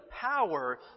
power